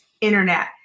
Internet